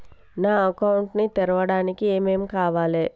నా అకౌంట్ ని తెరవడానికి ఏం ఏం కావాలే?